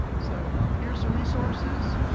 so here's some resources.